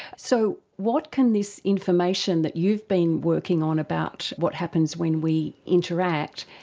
so what can this information that you've been working on about what happens when we interact,